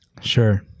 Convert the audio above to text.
Sure